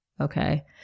Okay